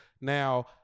Now